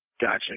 Gotcha